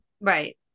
Right